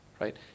Right